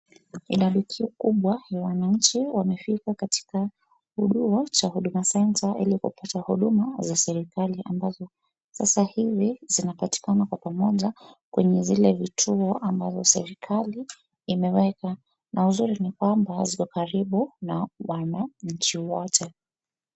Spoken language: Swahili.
Idadi kubwa ya wananchi wamefika katika huduma center ili kupata huduma za serikali ambazo sasa hivi zinapatikana kwa pamoja kwenye zile vituo ambavyo serikali imeweka, na uzuri ni kwamba ziko karibu na wananchi wote.